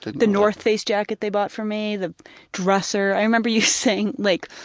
the the northface jacket they bought for me, the dresser. i remember you saying like,